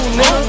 no